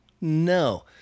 No